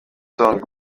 song